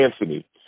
Anthony